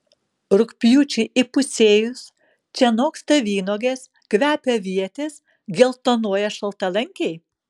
rugpjūčiui įpusėjus čia noksta vynuogės kvepia avietės geltonuoja šaltalankiai